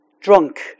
drunk